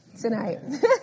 tonight